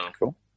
Cool